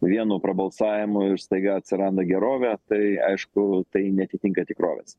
vienu prabalsavimu ir staiga atsiranda gerovė tai aišku tai neatitinka tikrovės